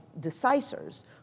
decisors